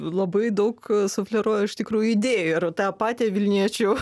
labai daug sufleruoja iš tikrųjų idėjų ir tą patį vilniečių